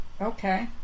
Okay